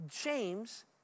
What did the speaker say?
James